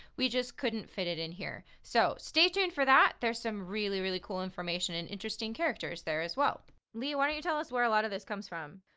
we just couldn't fit it in here, so stay tuned for that. there's some really, really cool information and interesting characters there as well leigh, why don't you tell us where a lot of this comes from?